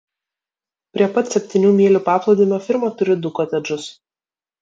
prie pat septynių mylių paplūdimio firma turi du kotedžus